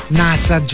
nasa